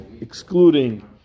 excluding